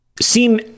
seem